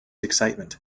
excitement